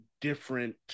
different